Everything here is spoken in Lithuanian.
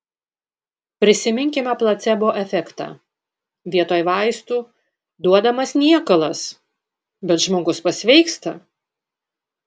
prisiminkime placebo efektą vietoj vaistų duodamas niekalas bet žmogus pasveiksta